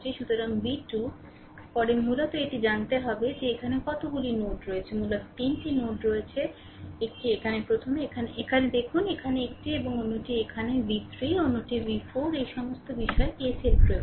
সুতরাং v2 পরে মূলত এটি জানতে হবে যে সেখানে কতগুলি নোড রয়েছে মূলত 3 টি নোড রয়েছে একটি এখানে প্রথমে এখানে দেখুন এখানে একটি এবং অন্যটি এখানে v 3 অন্যটি v 4 এই সমস্ত বিষয় KCL প্রয়োগ করে